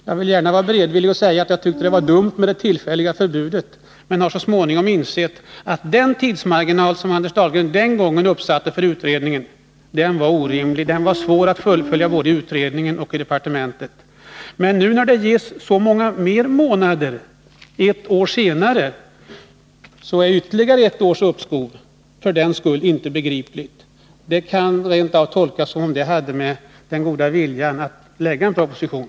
Jag vill 98 gärna vara tillmötesgående och säga — även om jag tyckte att det var dumt med det tillfälliga förbudet — att jag så småningom har insett att den tidsmarginal för utredningen som Anders Dahlgren den gången uppsatte var orimlig. Den var svår att hålla både i utredningen och i departementet. Men nu, ett år senare, när det ges så många fler månader, är ytterligare ett års uppskov inte begripligt. Det kan rent av tolkas som om det hela hade att göra med den goda viljan att lägga fram en proposition.